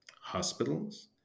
Hospitals